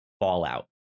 fallout